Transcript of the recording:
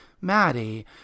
Maddie